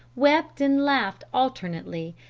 wept and laughed alternately,